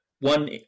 One